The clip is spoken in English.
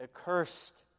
accursed